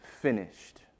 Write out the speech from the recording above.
finished